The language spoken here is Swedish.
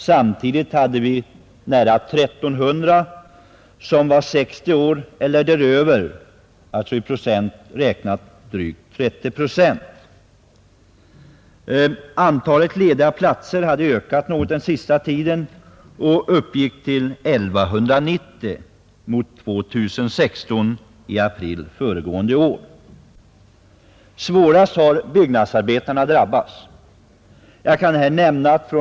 Samtidigt hade vi nära 1 300 arbetslösa Antalet lediga platser hade den sista tiden ökat något och uppgick till 1190 mot 2016 i april föregående år. Svårast har byggnadsarbetarna drabbats. Jag kan nämna att fr.